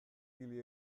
kili